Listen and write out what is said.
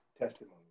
testimony